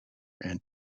and